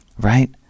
Right